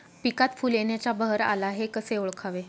पिकात फूल येण्याचा बहर आला हे कसे ओळखावे?